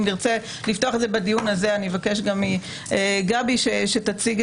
אם נרצה לפתוח את זה בדיון הזה אבקש גם מגבי שתציג,